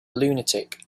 lunatic